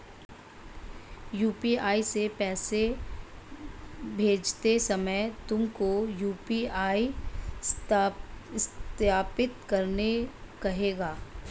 UPI से पैसे भेजते समय तुमको यू.पी.आई सत्यापित करने कहेगा